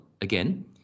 again